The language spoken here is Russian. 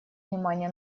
внимание